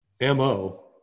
MO